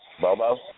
Bobo